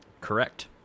Correct